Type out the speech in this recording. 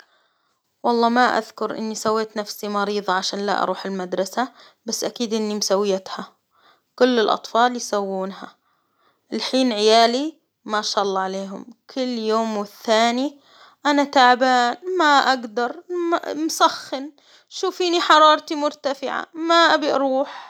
والله ما أذكر إني سويت نفسي مريضة عشان لا أروح المدرسة، بس أكيد إني مسويتها، كل الأطفال يسوونها، الحين عيالي ما شا الله عليهم كل يوم والثاني أنا تعبان ، ما أقدر مسخن، شوفيني حرارتي مرتفعة ما أبي أروح